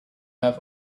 have